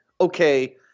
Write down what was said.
okay